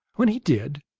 when he did,